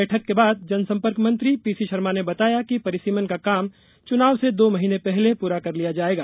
बैठक के बाद जनसंपर्क मंत्री पीसी शर्मा ने बताया कि परिसीमन का काम चुनाव से दो महीने पहले पूरा कर लिया जाएगा